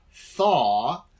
thaw